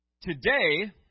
Today